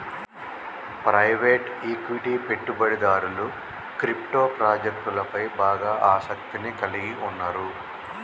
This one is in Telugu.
ప్రైవేట్ ఈక్విటీ పెట్టుబడిదారులు క్రిప్టో ప్రాజెక్టులపై బాగా ఆసక్తిని కలిగి ఉన్నరు